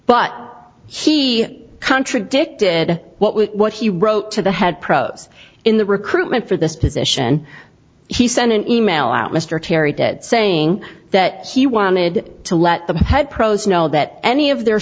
but he contradicted what we what he wrote to the head pros in the recruitment for this position he sent an e mail out mr terry did saying that he wanted to let the head pros know that any of their